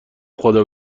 خدا